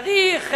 צריך,